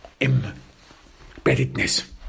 embeddedness